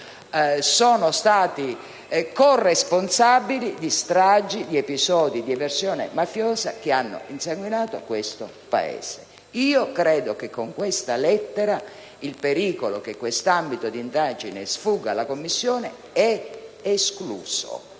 sono stati corresponsabili di stragi, di episodi di eversione mafiosa che hanno insanguinato questo Paese. Io credo che con questa lettera il pericolo che questo ambito di indagine sfugga alla Commissione sia escluso.